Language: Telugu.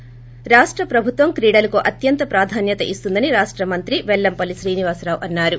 ి రాష్ట ప్రభుత్వం క్రీడలకు అత్యంత ప్రాధాన్యత ఇస్తుందని రాష్ట మంత్రి పెల్లంపల్లి శ్రీనివాస్ రావు అన్నారు